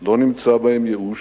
לא נמצא בהם ייאוש,